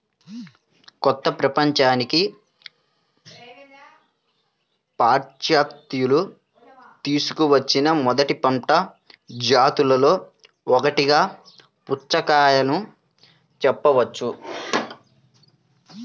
కొత్త ప్రపంచానికి పాశ్చాత్యులు తీసుకువచ్చిన మొదటి పంట జాతులలో ఒకటిగా పుచ్చకాయను చెప్పవచ్చు